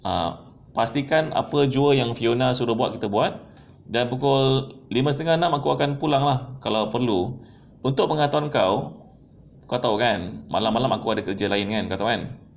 ah pastikan apa jua yang fiona suruh buat kita buat dan pukul lima setengah enam aku akan pulang ah kalau perlu untuk pengetahuan kau kau tahu kan malam-malam aku ada kerja lain kan